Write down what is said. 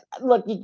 look